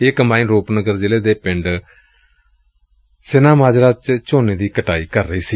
ਇਹ ਕੰਬਾਇਨ ਰੁਪਨਗਰ ਜ਼ਿਲੇ ਦੇ ਪੰਡ ਸਿਨਹਾਮਾਜਰਾ ਚ ਝੋਨੇ ਦੀ ਕਟਾਈ ਕਰ ਰਹੀ ਸੀ